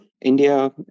India